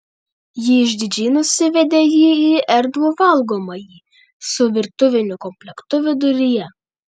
ji išdidžiai nusivedė jį į erdvų valgomąjį su virtuviniu komplektu viduryje